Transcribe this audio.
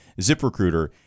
ZipRecruiter